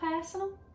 personal